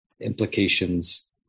implications